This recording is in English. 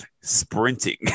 sprinting